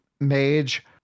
Mage